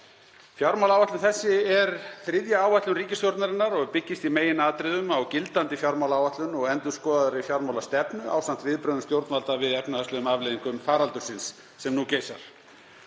Fjármálaáætlun þessi er þriðja áætlun ríkisstjórnarinnar og byggist í meginatriðum á gildandi fjármálaáætlun og endurskoðaðri fjármálastefnu ásamt viðbrögðum stjórnvalda við efnahagslegum afleiðingum faraldursins sem nú geisar.